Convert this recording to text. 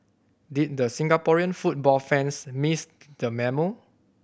did the Singaporean football fans miss the memo